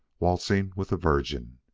waltzing with the virgin.